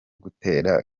gutera